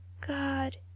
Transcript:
God